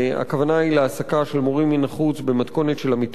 הכוונה היא להעסקה של מורים מן החוץ במתכונת של עמיתי